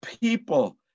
People